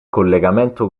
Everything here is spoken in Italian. collegamento